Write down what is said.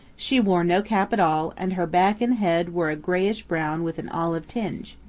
she wore no cap it all and her back and head were a grayish-brown with an olive tinge.